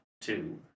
Two